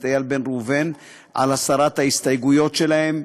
איל בן ראובן על הסרת ההסתייגויות שלהם.